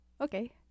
okay